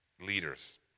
leaders